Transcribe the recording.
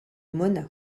mona